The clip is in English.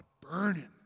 burning